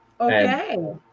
Okay